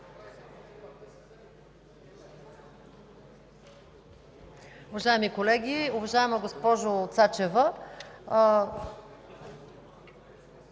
Уважаеми колеги, уважаема госпожо Цачева!